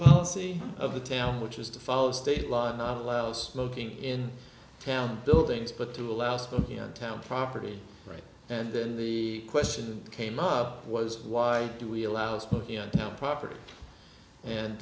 policy of the town which is to follow state law not allow smoking in town buildings but to allow smoking on town property right and then the question came up was why do we allow smoking on our property and